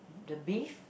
the beef